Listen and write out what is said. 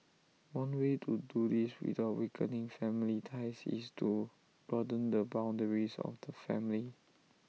one way to do this without weakening family ties is to broaden the boundaries of the family